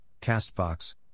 Castbox